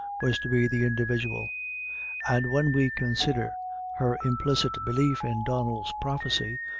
was to be the individual and when we consider her implicit belief in donnel's prophecy,